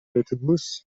اتوبوس